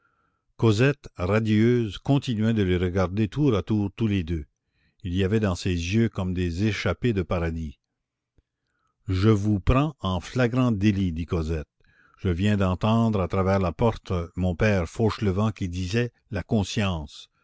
cosette radieuse continuait de les regarder tour à tour tous les deux il y avait dans ses yeux comme des échappées de paradis je vous prends en flagrant délit dit cosette je viens d'entendre à travers la porte mon père fauchelevent qui disait la conscience